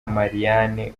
marianne